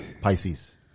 Pisces